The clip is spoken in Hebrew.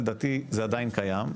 לדעתי זה עדיין קיים,